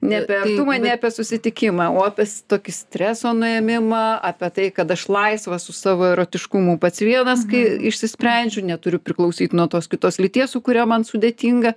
ne apie artumą ne apie susitikimą o apie s tokį streso nuėmimą apie tai kad aš laisvas su savo erotiškumu pats vienas kai išsisprendžiu neturiu priklausyt nuo tos kitos lyties su kuria man sudėtinga